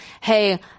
hey